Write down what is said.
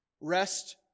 rest